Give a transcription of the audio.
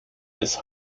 des